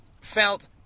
felt